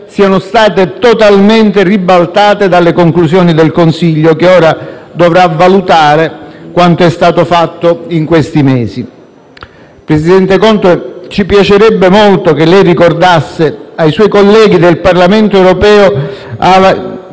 siano state totalmente ribaltate dalle conclusioni del Consiglio, che ora dovrà valutare quanto è stato fatto in questi mesi. Signor presidente Conte, ci piacerebbe molto che lei ricordasse ai suoi colleghi che il Parlamento europeo